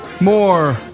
more